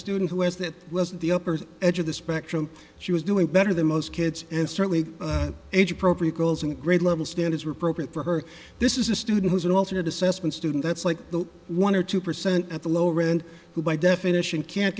student who has that wasn't the upper edge of the spectrum she was doing better than most kids and certainly age appropriate girls and grade level standards were procrit for her this is a student who's an alternate assessment student that's like the one or two percent at the lower end who by definition can't